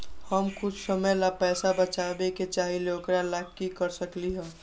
हम कुछ समय ला पैसा बचाबे के चाहईले ओकरा ला की कर सकली ह?